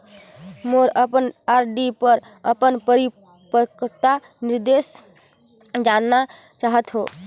मैं अपन आर.डी पर अपन परिपक्वता निर्देश जानना चाहत हों